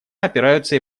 опираются